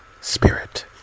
Spirit